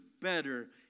better